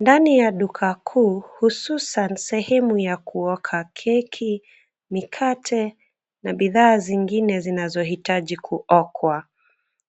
Ndani ya duka kuu hususan sehemu ya kuoka keki, mikate na bidhaa zingine zinohitaji kuokwa.